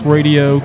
Radio